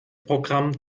programm